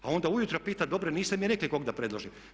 A onda ujutro pita dobro niste mi rekli koga da predložim.